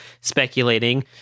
speculating